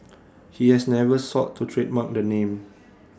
he has never sought to trademark the name